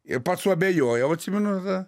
ir pats suabejojau atsimenu tada